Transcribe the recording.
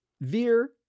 Veer